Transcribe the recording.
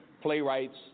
playwrights